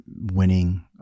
winning